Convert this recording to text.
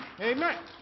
Amen